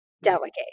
delegate